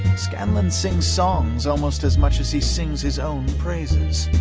scanlan sings songs almost as much as he sings his own praises.